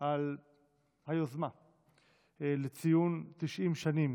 על היוזמה לציון 90 שנים